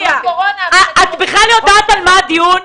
--- את בכלל יודעת על מה הדיון?